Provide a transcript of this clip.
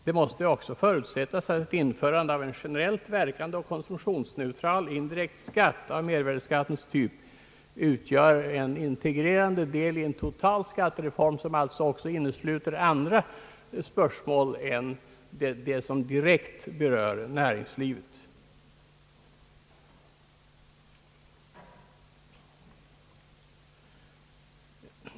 Det måste även förutsättas att ett införande av en generellt verkande och konsumtionssneutral indirekt skatt av mervärdeskattens typ utgör en integrerande del i en total skattereform, som alltså innesluter även andra spörsmål än de som direkt berör näringslivet.